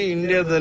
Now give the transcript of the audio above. India